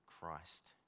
christ